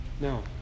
No